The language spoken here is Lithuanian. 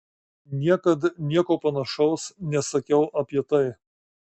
niekad nieko panašaus nesakiau apie tai